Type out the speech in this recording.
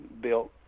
built